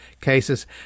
cases